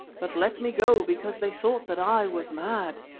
but let me go because they thought that i was mad.